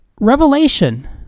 Revelation